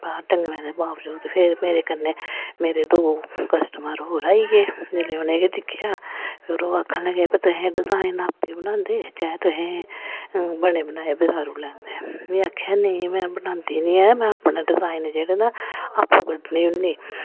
बाह्र टंगने दे बाबजूद फिर मेरे कन्ने मेरे दो कसटमर होर आई गे जिल्लै उ'नेंगी दिक्खेआ फिर ओह् आखन लगे भाई डिजाइन तुस आपें बनांदे जां एह् तुस बने बनाए बजारों लैंदे में आखेआ नेईं में बनांदी निं ऐ में डिजाइन जेह्ड़े ना आंपू कड्डनी होन्नी